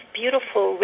beautiful